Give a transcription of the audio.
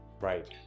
right